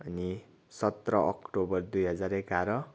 अनि सत्र अक्टोबर दुई हजार एघार